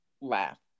laugh